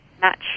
match